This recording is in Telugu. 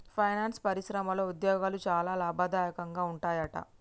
ఫైనాన్స్ పరిశ్రమలో ఉద్యోగాలు చాలా లాభదాయకంగా ఉంటాయట